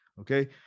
okay